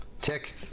Tick